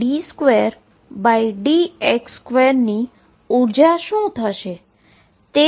જેની આપણે ચર્ચા આપણે હવે કરીએ